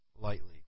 lightly